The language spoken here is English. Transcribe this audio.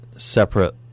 Separate